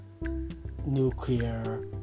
nuclear